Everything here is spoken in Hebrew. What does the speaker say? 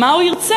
מה הוא ירצה,